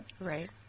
Right